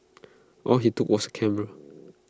all he took was A camera